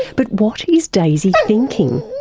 but what is daisy thinking?